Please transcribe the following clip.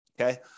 Okay